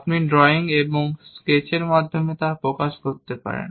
আপনি ড্রয়িং এবং স্কেচের মাধ্যমে তা প্রকাশ করেন